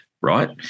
right